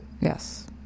Yes